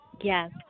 Yes